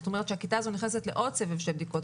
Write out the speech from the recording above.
זאת אומרת, הכיתה הזו נכנסת לעוד סבב של בדיקות.